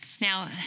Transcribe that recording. Now